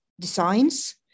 designs